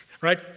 right